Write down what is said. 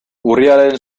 urriaren